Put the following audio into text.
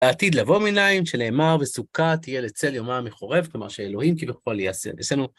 לעתיד לבוא מיניים שנאמר וסוכה תהיה לצל יומה מחורבת, כלומר, שאלוהים כבכל ישנו.